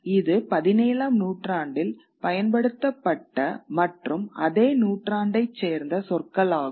இது 17 ஆம்நூற்றாண்டில் பயன்படுத்தப்பட்ட மற்றும் அதே நூற்றாண்டைச் சேர்ந்த சொற்கள் ஆகும்